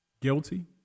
guilty